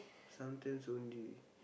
sometimes only